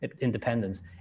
independence